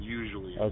usually